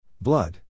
Blood